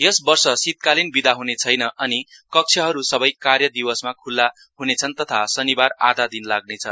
यस वर्ष शीतकालीन विदा हुने छैन अनि कक्षाहरू सबै कार्य दिवसमा खु्ल्ला हुनेछन् तथा शनिबार आधा दिन लाग्नेछ